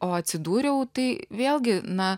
o atsidūriau tai vėlgi na